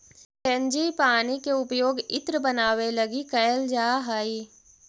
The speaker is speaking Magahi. फ्रेंजीपानी के उपयोग इत्र बनावे लगी कैइल जा हई